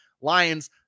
Lions